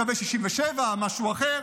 קווי 67' ומשהו אחר,